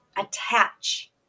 attach